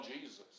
Jesus